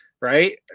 right